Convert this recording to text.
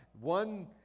One